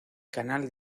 canal